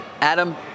Adam